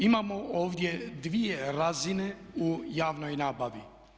Imamo ovdje dvije razine u javnoj nabavi.